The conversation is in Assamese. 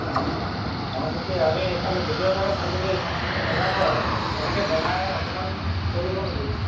অ' তাৰমানে কি আমি এইফালে ভিতৰুৱা জেগাত থাকো যে ইমানখিনি নাজানো আৰু কেনেকৈ বনায় অকণমান কৈ দিব নিকি মোক